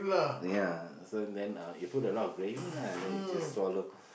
ya so then uh you put a lot of gravy lah then you just swallow